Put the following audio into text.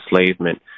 enslavement